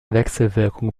wechselwirkung